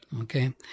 okay